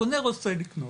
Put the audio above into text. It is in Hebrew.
הקונה רוצה לקנות,